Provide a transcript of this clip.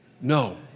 No